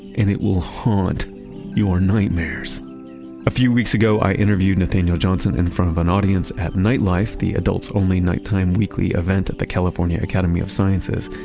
it will haunt your nightmares a few weeks ago, i interviewed nathanael johnson in front of an audience at nightlife, the adults-only, nighttime weekly event at the california academy of sciences.